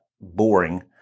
boring